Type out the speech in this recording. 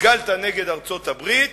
ריגלת נגד ארצות-הברית,